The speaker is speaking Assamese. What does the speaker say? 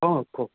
অঁ কওক